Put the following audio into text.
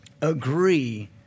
Agree